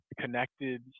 connected